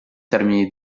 termini